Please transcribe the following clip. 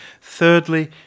Thirdly